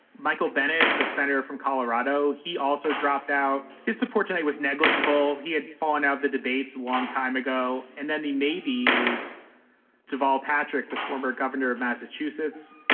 michael bennett, the senator from colorado, he also dropped out. his support tonight was negligible. he had fallen out of the debates a long time ago. and then the maybe is deval patrick, the former governor of massachusetts.